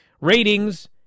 ratings